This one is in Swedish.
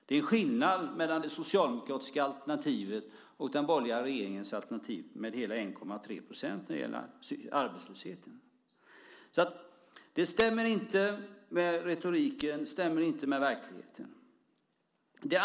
Det är en skillnad mellan det socialdemokratiska alternativet och den borgerliga regeringens alternativ med hela 1,3 procentenheter när det gäller arbetslösheten. Det stämmer inte med retoriken; det stämmer inte med verkligheten.